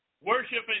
worshiping